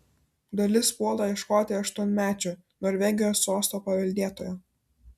dalis puola ieškoti aštuonmečio norvegijos sosto paveldėtojo